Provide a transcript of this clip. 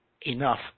enough